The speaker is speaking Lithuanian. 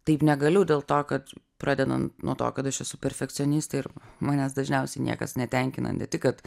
taip negaliu dėl to kad pradedant nuo to kad aš esu perfekcionistė ir manęs dažniausiai niekas netenkina ne tik kad